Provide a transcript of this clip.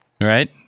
Right